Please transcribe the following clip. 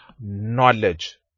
knowledge